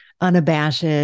unabashed